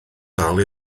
dal